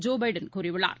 Joe Biden கூறியுள்ளார்